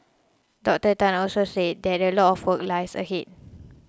Doctor Tan also said that a lot of work lies ahead